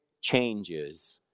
changes